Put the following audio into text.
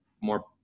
more